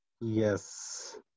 Yes